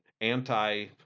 anti